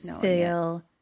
feel